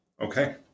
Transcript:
Okay